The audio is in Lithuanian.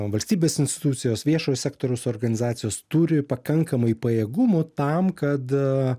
valstybės institucijos viešojo sektoriaus organizacijos turi pakankamai pajėgumų tam kad